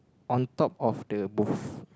on top of the booth